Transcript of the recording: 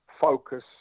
focus